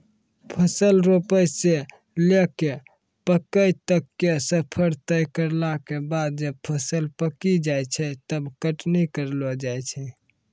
फसल रोपै स लैकॅ पकै तक के सफर तय करला के बाद जब फसल पकी जाय छै तब कटनी करलो जाय छै